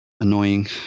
Annoying